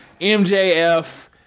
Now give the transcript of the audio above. MJF